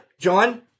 John